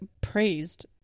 praised